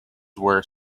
were